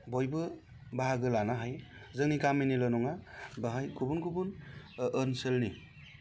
बयबो बाहागो लानो हायो जोंनि गामिनिल' नङा बेहाय गुबुन गुबुन ओनसोलनि